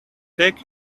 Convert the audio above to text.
take